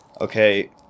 Okay